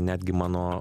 netgi mano